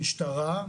המשטרה,